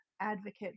advocate